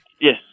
Yes